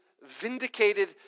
vindicated